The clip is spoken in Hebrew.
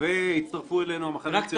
והצטרפו אלינו המחנה הציוני.